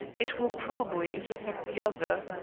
it will probably intersect the other.